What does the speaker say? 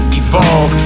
evolve